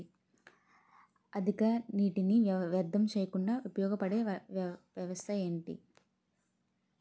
అధిక నీటినీ వ్యర్థం చేయకుండా ఉపయోగ పడే వ్యవస్థ ఏంటి